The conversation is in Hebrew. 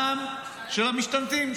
העם של המשתמטים,